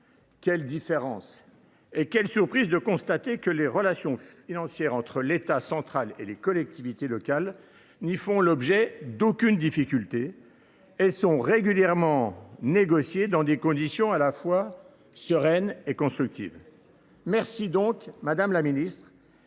Quelle différence ! Et quelle surprise de constater que les relations financières entre l’État central et les collectivités locales n’y font l’objet d’aucune difficulté et sont régulièrement négociées dans des conditions à la fois sereines et constructives ! Je vous remercie donc, madame la ministre,